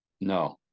No